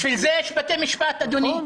בשביל זה יש בתי משפט, אדוני.